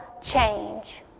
change